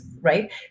right